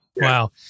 Wow